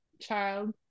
Child